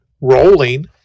rolling